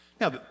Now